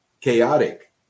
chaotic